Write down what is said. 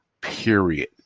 period